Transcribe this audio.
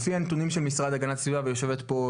לפי הנתונים של המשרד להגנת הסביבה ויושבת פה,